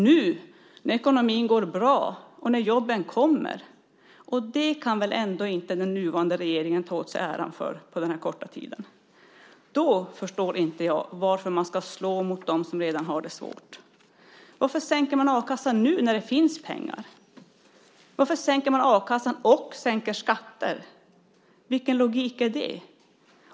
Nu när ekonomin går bra och jobben kommer - och det kan väl ändå inte den nuvarande regeringen ta åt sig äran för efter denna korta tid - förstår jag inte varför man ska slå mot dem som redan har det svårt. Varför sänker man a-kassan nu när det finns pengar? Varför sänker man a-kassan och sänker skatter? Vad är det för logik i det?